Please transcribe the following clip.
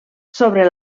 sobre